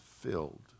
filled